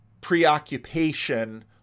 preoccupation